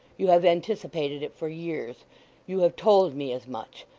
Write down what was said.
you have anticipated it for years you have told me as much.